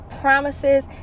promises